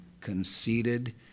conceited